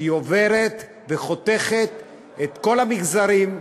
שהיא עוברת וחותכת את כל המגזרים,